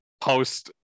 post